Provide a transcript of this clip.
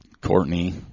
Courtney